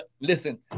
listen